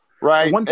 Right